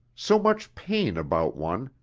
so much pain about one,